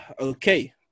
Okay